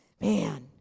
man